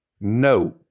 No